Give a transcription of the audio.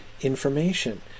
information